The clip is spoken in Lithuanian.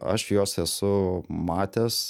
aš juos esu matęs